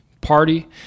party